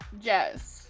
yes